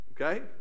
Okay